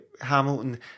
Hamilton